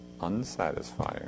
unsatisfying